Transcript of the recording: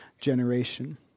generation